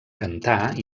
cantar